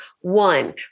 One